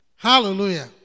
Hallelujah